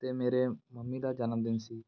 ਅਤੇ ਮੇਰੇ ਮੰਮੀ ਦਾ ਜਨਮ ਦਿਨ ਸੀ